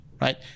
Right